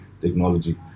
technology